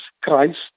Christ